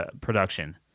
production